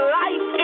life